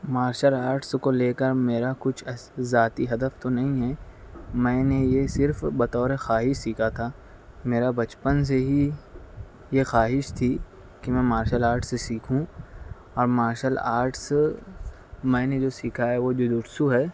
martial arts کو لے کر میرا کچھ ذاتی ہدف تو نہیں ہے میں نے یہ صرف بطور خواہش سیکھا تھا میرا بچپن سے ہی یہ خواہش تھی کہ میں مارشل آرٹس سیکھوں اور مارشل آرٹس میں نے جو سیکھا ہے وہ جو روسو ہے